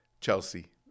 Chelsea